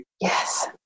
Yes